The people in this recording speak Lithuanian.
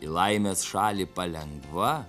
į laimės šalį palengva